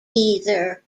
either